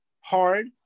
hard